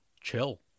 chill